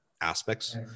aspects